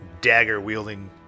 dagger-wielding